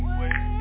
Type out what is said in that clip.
wait